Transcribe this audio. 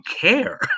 care